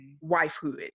wifehood